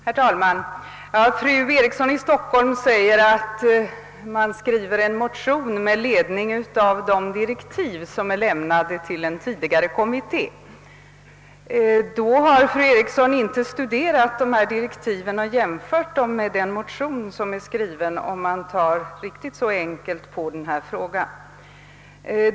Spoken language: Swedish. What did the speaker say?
Herr talman! Fru Eriksson i Stockholm anser att man skriver en motion med ledning av de direktiv som är lämnade till en tidigare kommitté. Hon har nog inte studerat dessa direktiv och jämfört dem med motionen, om hon tar så enkelt på denna fråga.